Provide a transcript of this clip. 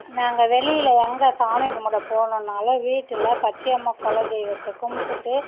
நாங்கள் வெளியில் எங்கே சாமி கும்பிட போகணுன்னாலும் வீட்டில் பச்சையம்மா குல தெய்வத்தை கும்பிட்டுட்டு